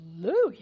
hallelujah